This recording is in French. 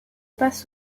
passe